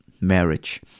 marriage